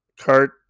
Cart